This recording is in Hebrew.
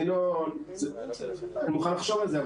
אני מוכן לחשוב על זה.